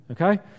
okay